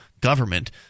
government